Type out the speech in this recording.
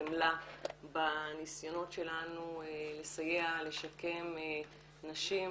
לחמלה בניסיונות שלנו לסייע לשקם נשים,